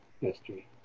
history